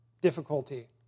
difficulty